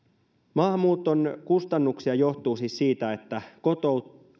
maahanmuuton kustannukset johtuvat siis siitä että